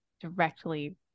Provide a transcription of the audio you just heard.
directly